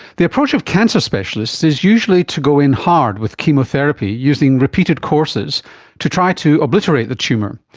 the approach of cancer specialists is usually to go in hard with chemotherapy using repeated courses to try to obliterate the tumour.